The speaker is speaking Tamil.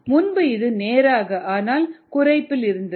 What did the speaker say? முன்பு இது நேராக ஆனால் குறைப்பில் இருந்தது